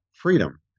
Freedom